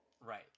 Right